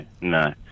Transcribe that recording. no